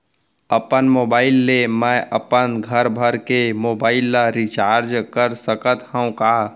अपन मोबाइल ले मैं अपन घरभर के मोबाइल ला रिचार्ज कर सकत हव का?